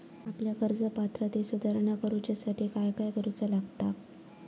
आपल्या कर्ज पात्रतेत सुधारणा करुच्यासाठी काय काय करूचा लागता?